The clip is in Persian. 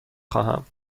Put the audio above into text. خواهم